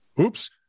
Oops